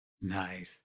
Nice